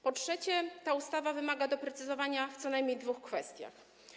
Po trzecie, ta ustawa wymaga doprecyzowania w co najmniej dwóch kwestiach.